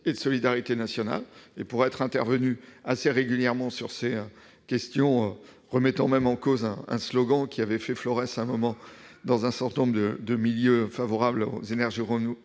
et de solidarité nationale. J'étais d'ailleurs intervenu assez régulièrement sur ces questions, remettant même en cause un slogan qui avait fait florès à une époque dans un certain nombre de milieux favorables aux énergies renouvelables,